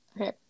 Okay